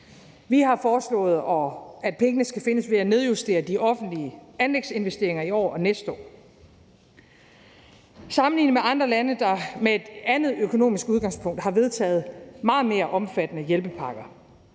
Vi har foreslået, at pengene skal findes ved at nedjustere de offentlige anlægsinvesteringer i år og næste år. Sammenlignet med andre lande, der – med et andet økonomisk udgangspunkt – har vedtaget meget mere omfattende hjælpepakker,